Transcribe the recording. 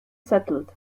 settled